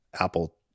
Apple